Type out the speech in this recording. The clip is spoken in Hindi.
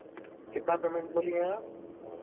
कितना पेमेंट बोली हैं आप